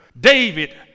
David